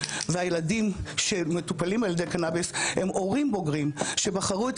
והילדים שמטופלים על ידי קנביס הם הורים בוגרים שבחרו את